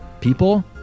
people